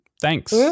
Thanks